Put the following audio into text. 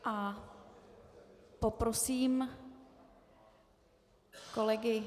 A poprosím kolegy...